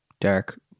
dark